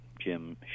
Jim